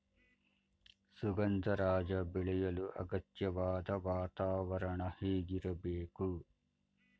ಸುಗಂಧರಾಜ ಬೆಳೆಯಲು ಅಗತ್ಯವಾದ ವಾತಾವರಣ ಹೇಗಿರಬೇಕು?